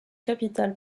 capitale